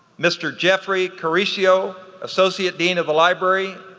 mr. jeffrey caricio, associate dean of the library,